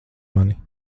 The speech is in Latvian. mani